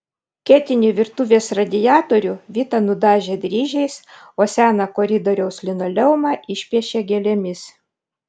ketinį virtuvės radiatorių vita nudažė dryžiais o seną koridoriaus linoleumą išpiešė gėlėmis